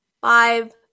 five